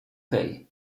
pay